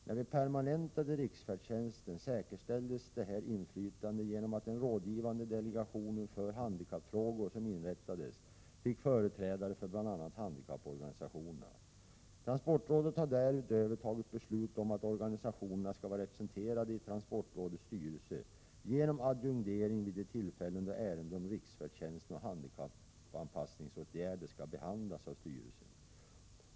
När vi permanentade riksfärdtjänsten säkerställdes detta inflytande genom att den rådgivande delegation för handikappfrågor som inrättades fick företrädare för bl.a. handikapporganisationerna. Transportrådet har därutöver fattat beslut om att organisationerna skall vara representerade i transportrådets styrelse genom adjungering vid de tillfällen då ärenden om riksfärdtjänsten och handikappanpassningsåtgärder skall behandlas av styrelsen.